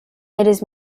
its